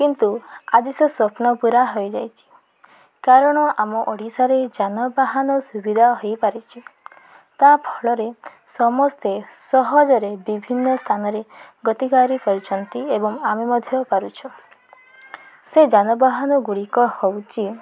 କିନ୍ତୁ ଆଜି ସେ ସ୍ୱପ୍ନ ପୁରା ହୋଇଯାଇଛି କାରଣ ଆମ ଓଡ଼ିଶାରେ ଯାନବାହାନ ସୁବିଧା ହେଇପାରିଛି ତା ଫଳରେ ସମସ୍ତେ ସହଜରେ ବିଭିନ୍ନ ସ୍ଥାନରେ ଗତି କରି ପାରୁଛନ୍ତି ଏବଂ ଆମେ ମଧ୍ୟ ପାରୁଛୁ ସେ ଯାନବାହାନ ଗୁଡ଼ିକ ହଉଛି